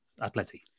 Atleti